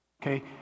Okay